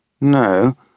No